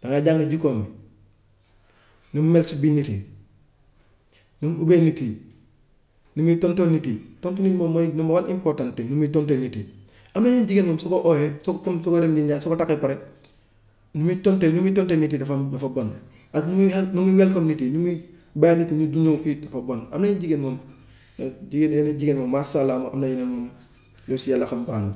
dangay jàng jikkoom bi, nu mu mel si biir nit yi, nu mu buggee nit yi, nu muy tontoo nit yi, tontu nit moom mooy lu more important nu muy tontoo nit yi. Am na yenn jigéen moom su ko ooyee su comme su ko demee di ñaa- su ko takkee ba pare ni muy tontoo ni muy tontoo nit yi dafam dafa bon, ak nu muy nu muy nu muy bàyyi nit yi nit du ñëw fii dafa bon. Am na yenn jigéen moom jigéen yenn jigéen moom masha allah moom am na yenn moom lu si yàlla xam baax na.